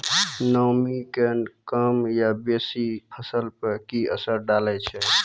नामी के कम या बेसी फसल पर की असर डाले छै?